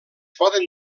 poden